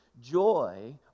Joy